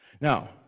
Now